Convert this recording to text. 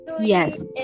yes